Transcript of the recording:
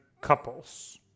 couples